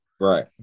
Right